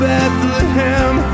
Bethlehem